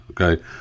Okay